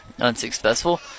unsuccessful